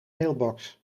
mailbox